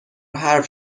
حرف